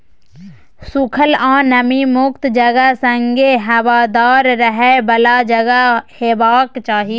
सुखल आ नमी मुक्त जगह संगे हबादार रहय बला जगह हेबाक चाही